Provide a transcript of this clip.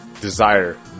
desire